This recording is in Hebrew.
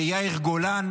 ההפך.